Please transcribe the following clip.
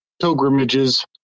pilgrimages